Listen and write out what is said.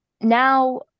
now